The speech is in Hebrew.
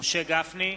משה גפני,